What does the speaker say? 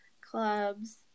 clubs